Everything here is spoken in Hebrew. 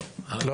לא.